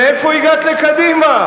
מאיפה הגעת לקדימה?